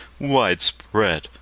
widespread